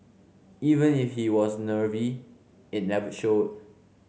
even if he was nervy it never showed